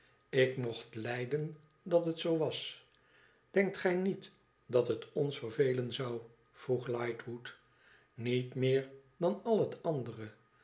ik mocht lijden dat het zoo was denkt gij niet dat het ons vervelen zou vroeg lightwood iniet meer dan al het andere